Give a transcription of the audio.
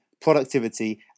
productivity